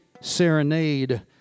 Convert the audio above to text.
Serenade